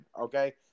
Okay